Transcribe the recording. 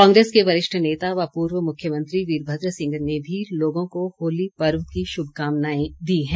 कांग्रेस के वरिष्ठ नेता व पूर्व मुख्यमंत्री वीरभद्र सिंह ने भी लोगों को होली पर्व की शुभकामनाएं दी हैं